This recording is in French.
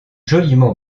joliment